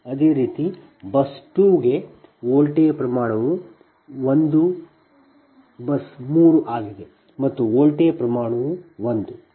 ಅದೇ ರೀತಿ ಬಸ್ 2 ಗೆ ವೋಲ್ಟೇಜ್ ಪ್ರಮಾಣವು 1 ಬಸ್ 3 ಆಗಿದೆ ಮತ್ತು ವೋಲ್ಟೇಜ್ ಪ್ರಮಾಣವು 1